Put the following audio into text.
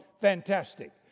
Fantastic